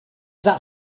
that